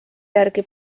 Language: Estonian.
järgi